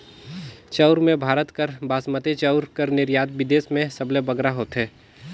चाँउर में भारत कर बासमती चाउर कर निरयात बिदेस में सबले बगरा होथे